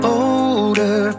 older